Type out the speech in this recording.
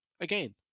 Again